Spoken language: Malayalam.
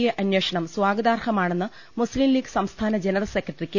ഐ അന്വേഷണം സ്വാഗതാർഹമാണെന്ന് മുസ്തിം ലീഗ് സംസ്ഥാന ജനറൽ സെക്രട്ടറി കെ